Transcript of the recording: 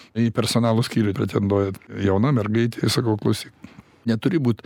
į personalo skyrių pretenduoja jauna mergaitė ir sakau klausyk neturi būt